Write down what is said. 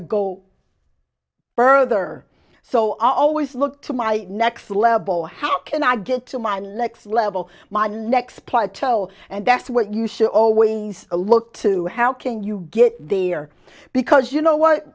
to go further so i always look to my next level how can i get to my lex level my next player tell and that's what you should always look to how can you get there because you know what